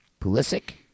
Pulisic